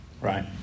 right